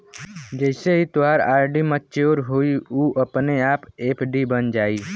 जइसे ही तोहार आर.डी मच्योर होइ उ अपने आप एफ.डी बन जाइ